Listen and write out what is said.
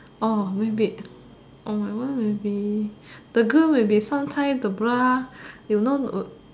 orh maybe orh my one maybe the girl maybe sometime the bra you know